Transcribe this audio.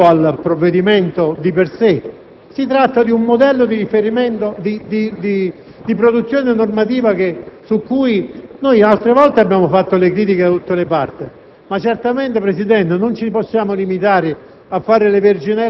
Questo non significa che diamo un parere positivo al provvedimento di per sé. Si tratta di un modello di produzione normativa su cui altre volte abbiamo avanzato critiche da tutte le parti,